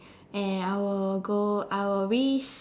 and I will go I will risk